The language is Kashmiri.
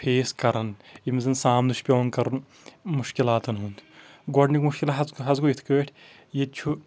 فیس کَران ییٚمِس زَن سامنہٕ چھُ پٮ۪وان کَرُن مُشکِلاتَن ہُنٛد گۄڈٕنیُک مُشکِل حظ گوٚو یِتھ کٔٹھۍ ییٚتہِ چھُ